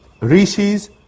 rishis